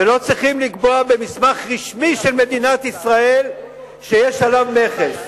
ולא צריכים לקבוע במסמך רשמי של מדינת ישראל שיש עליו מכס.